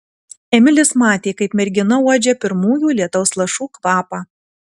emilis matė kaip mergina uodžia pirmųjų lietaus lašų kvapą